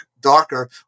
darker